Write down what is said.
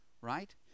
right